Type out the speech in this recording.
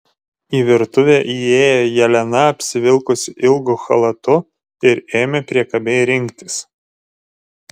į virtuvę įėjo jelena apsivilkusi ilgu chalatu ir ėmė priekabiai rinktis